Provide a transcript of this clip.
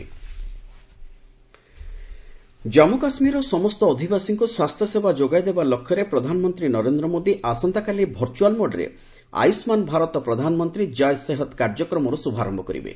PM Jay Sehat Jammu କାଶ୍ମୀର୍ର ସମସ୍ତ ଅଧିବାସୀଙ୍କୁ ସ୍ୱାସ୍ଥ୍ୟସେବା ଯୋଗାଇଦେବା ଲକ୍ଷ୍ୟରେ ପ୍ରଧାନମନ୍ତ୍ରୀ ନରେନ୍ଦ୍ର ମୋଦି ଆସନ୍ତାକାଲି ଭର୍ଚ୍ୟଆଲ୍ ମୋଡ୍ରେ ଆୟୁଷ୍ମାନ୍ ଭାରତ ପ୍ରଧାନମନ୍ତ୍ରୀ କୟ ସେହତ୍ କାର୍ଯ୍ୟକ୍ରମର ଶୁଭାରମ୍ଭ କରିବେ